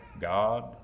God